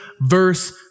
verse